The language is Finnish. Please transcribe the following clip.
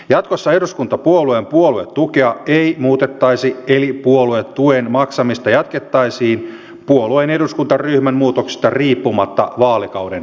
jatkossa eduskuntapuolueen puoluetukea ei muutettaisi eli puoluetuen maksamista jatkettaisiin puolueen eduskuntaryhmän muutoksista riippumatta vaalikauden ajan